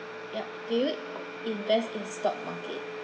yup do you invest in stock market